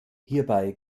hierbei